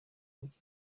w’iki